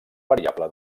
variable